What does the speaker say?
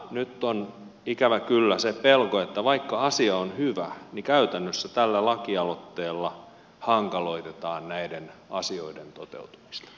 nyt on ikävä kyllä se pelko että vaikka asia on hyvä niin käytännössä tällä lakialoitteella hankaloitetaan näiden asioiden toteutumista